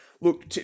look